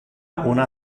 una